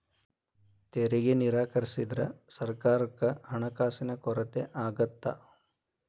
ತೆರಿಗೆ ನಿರಾಕರಿಸಿದ್ರ ಸರ್ಕಾರಕ್ಕ ಹಣಕಾಸಿನ ಕೊರತೆ ಆಗತ್ತಾ